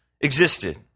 existed